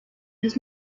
has